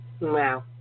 Wow